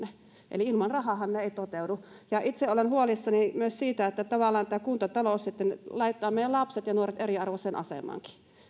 eli ilman rahaahan ne eivät toteudu itse olen huolissani myös siitä että kuntatalous sitten tavallaan laittaa meidän lapset ja nuoret eriarvoiseen